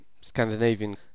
Scandinavian